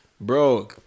bro